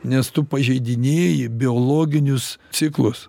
nes tu pažeidinėji biologinius ciklus